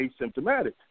asymptomatic